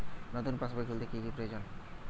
নতুন পাশবই খুলতে কি কি প্রয়োজন?